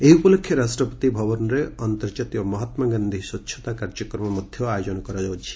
ଏହି ଉପଲକ୍ଷେ ରାଷ୍ଟ୍ରପତି ଭବନରେ ଅନ୍ତର୍ଜାତୀୟ ମହାତ୍ଲା ଗାନ୍ଧି ସ୍ୱଚ୍ଛତା କାର୍ଯ୍ୟକ୍ରମର ମଧ୍ୟ ଆୟୋଜନ କରାଯାଉଛି